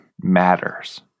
matters